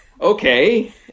okay